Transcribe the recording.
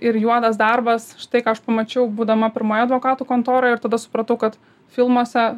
ir juodas darbas štai ką aš pamačiau būdama pirmąja advokatų kontoroj ir tada supratau kad filmuose